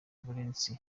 valens